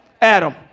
Adam